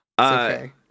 okay